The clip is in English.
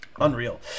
Unreal